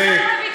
וטוב שכך.